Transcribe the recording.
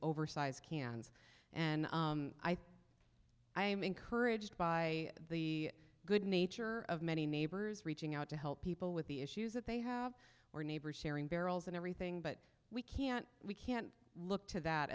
oversized cans and i think i am encouraged by the good nature of many neighbors reaching out to help people with the issues that they have or neighbors sharing barrels and everything but we can't we can't look to that